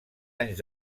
anys